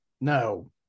No